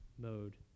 mode